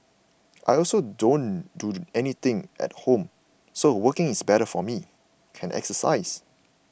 I also don't do anything at home so working is better for me can exercise